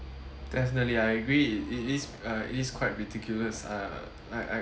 definitely I agree it it is uh it is quite ridiculous uh I I